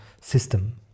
system